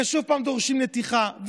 ושוב פעם דורשים נתיחה,